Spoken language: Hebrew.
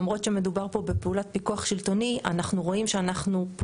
למרות שמדובר פה בפעולת פיקוח שלטוני אנחנו רואים שאנחנו,